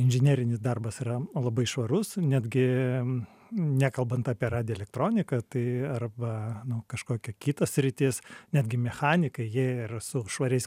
inžinerinis darbas yra labai švarus netgi nekalbant apie radioelektroniką tai arba nu kažkokia kita sritis netgi mechanikai jie yra su švariais